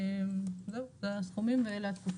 אלה הסכומים ואלו התקופות.